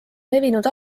levinud